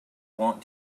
want